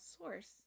source